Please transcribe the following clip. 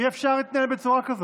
אי-אפשר להתנהל בצורה כזאת.